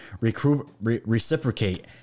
reciprocate